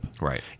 right